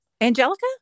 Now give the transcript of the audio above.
Angelica